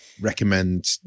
recommend